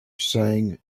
sang